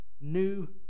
new